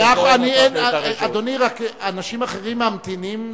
מאה אחוז, אדוני, רק אנשים אחרים ממתינים לתורם.